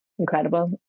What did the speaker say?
incredible